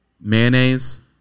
mayonnaise